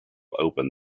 open